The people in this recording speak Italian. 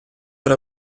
alla